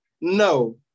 No